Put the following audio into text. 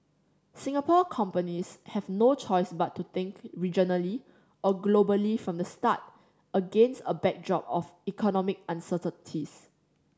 Singapore companies have no choice but to think regionally or globally from the start against a backdrop of economic uncertainties